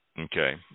Okay